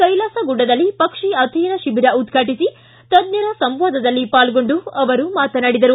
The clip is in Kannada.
ಕ್ಟೆಲಾಸ ಗುಡ್ಡದಲ್ಲಿ ಪಕ್ಷಿ ಅಧ್ಯಯನ ಶಿಬಿರ ಉದ್ವಾಟಿಸಿ ತಜ್ಞರ ಸಂವಾದದಲ್ಲಿ ಪಾಲ್ಗೊಂಡು ಅವರು ಮಾತನಾಡಿದರು